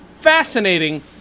Fascinating